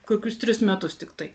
kokius tris metus tiktai